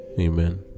Amen